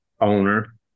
owner